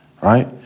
right